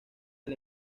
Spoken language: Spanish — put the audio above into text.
del